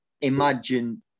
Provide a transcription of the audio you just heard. imagine